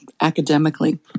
academically